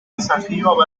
desafío